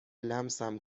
لمسم